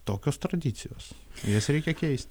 tokios tradicijos jas reikia keisti